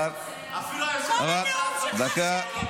אפילו היושב-ראש --- כל הנאום שלך שקר.